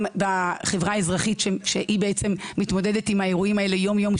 בחברה האזרחית שמתמודדת עם האירועים האלה יום יום,